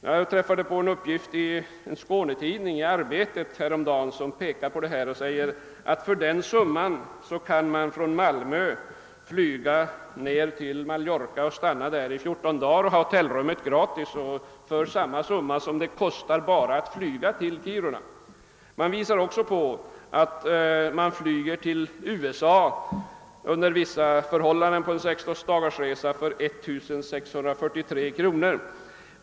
Jag såg häromdagen en uppgift i tidningen Arbetet om att man för samma summa kan flyga från Malmö till Mallorca och stanna där i 14 dagar och ha hotellrummet gratis. Det påvisades också att man under vissa tider kan flyga till USA på en 16 dagarsresa för 1643 kronor.